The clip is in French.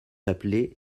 appelés